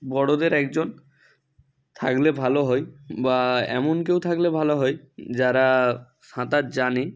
বড়দের একজন থাকলে ভালো হয় বা এমন কেউ থাকলে ভালো হয় যারা সাঁতার জানে